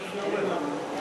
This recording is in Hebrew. כי נמסר לי שזה יורד.